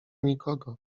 nikogo